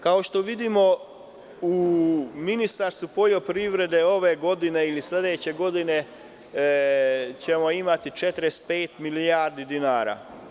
Kao što vidimo, u Ministarstvu poljoprivrede ove godine ili sledeće godine ćemo imati 45 milijardi dinara.